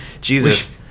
Jesus